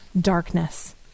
darkness